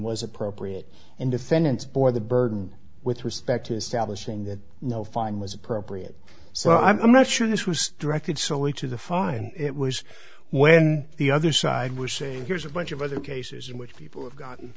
was appropriate and defendants bore the burden with respect to establishing that no fine was appropriate so i'm not sure this was directed solely to the fine it was when the other side was saying here's a bunch of other cases in which people have gotten